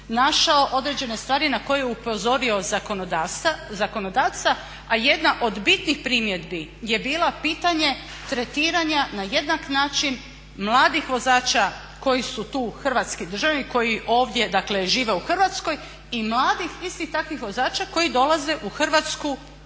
našao određene stvari na koje je upozorio zakonodavca, a jedna od bitnih primjedbi je bila pitanje tretiranja na jednak način mladih vozača koji su tu hrvatski državljani i koji ovdje dakle žive u Hrvatskoj i mladih istih takvih vozača koji dolaze u Hrvatsku kao